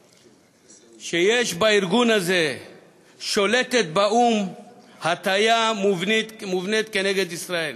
בארגון הזה שולטת באו"ם הטיה מובנית נגד ישראל.